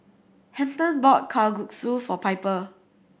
Hampton bought Kalguksu for Piper